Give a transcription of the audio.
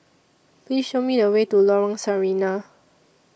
Please Show Me The Way to Lorong Sarina